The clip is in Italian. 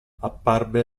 apparve